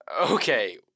Okay